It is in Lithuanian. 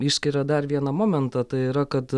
išskiria dar vieną momentą tai yra kad